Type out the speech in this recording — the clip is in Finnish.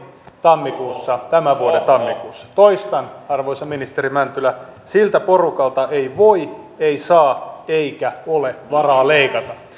tammikuussa tämän vuoden tammikuussa toistan arvoisa ministeri mäntylä siltä porukalta ei voi ei saa eikä ole varaa leikata